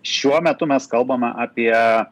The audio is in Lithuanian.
šiuo metu mes kalbame apie